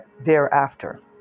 thereafter